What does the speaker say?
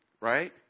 Right